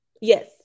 Yes